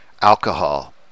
alcohol